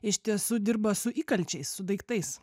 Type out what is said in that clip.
iš tiesų dirba su įkalčiais su daiktais